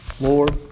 Lord